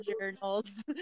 journals